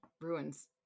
ruins